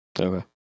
Okay